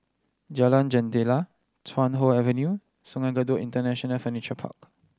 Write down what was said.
Jalan Jendela Chuan Hoe Avenue Sungei Kadut International Furniture Park